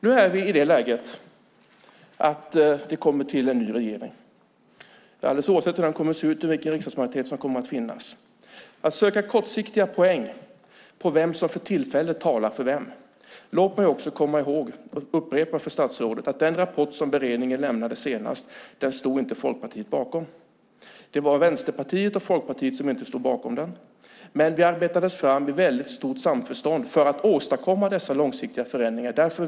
Nu är vi i det läget att det ska bli en ny regering - alldeles oavsett hur den regeringen kommer att se ut och vilken riksdagsmajoritet som kommer att finnas. Det är fråga om att söka kortsiktiga poäng på vem som för tillfället talar för vem. Låt mig upprepa för statsrådet att den rapport som beredningen lämnade senast stod inte Folkpartiet bakom. Det var Vänsterpartiet och Folkpartiet som inte stod bakom rapporten, men den utarbetades i stort samförstånd för att åstadkomma dessa långsiktiga förändringar.